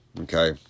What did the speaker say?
okay